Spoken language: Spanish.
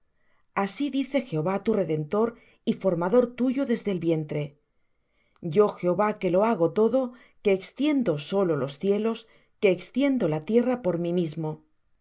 así dice jehová tu redentor y formador tuyo desde el vientre yo jehová que lo hago todo que extiendo solo los cielos que extiendo la tierra por mí mismo que